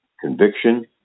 conviction